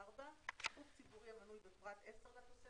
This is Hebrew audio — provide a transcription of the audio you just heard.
(4) גוף ציבורי המנוי בפרט (10) לתוספת,